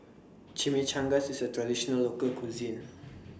Chimichangas IS A Traditional Local Cuisine